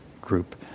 group